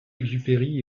exupéry